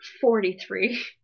Forty-three